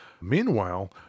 Meanwhile